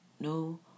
no